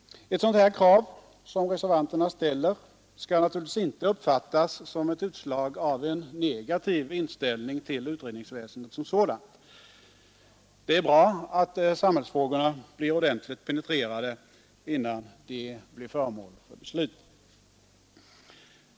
Ett sådant här krav från reservanterna skall naturligtvis inte uppfattas som ett utslag av en negativ inställning till utredningsväsendet som sådant. Det är bra att samhällsfrågorna penetreras ordentligt innan de blir föremål för beslut.